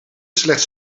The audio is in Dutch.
slechts